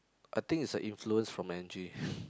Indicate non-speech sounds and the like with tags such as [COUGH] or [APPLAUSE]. I think it's the influence from Angie [BREATH]